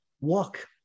walk